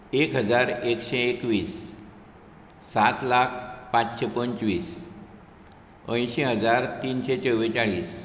एक हजार एकशें एकवीस सात लाख पांचशें पंचवीस अंयशी हजार तिनशें चवेचाळीस